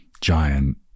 giant